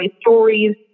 stories